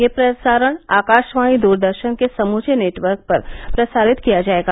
यह प्रसारण आकाशवाणी दूरदर्शन के समूचे नेटवर्क पर प्रसारित किया जाएगा